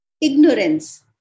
ignorance